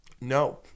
No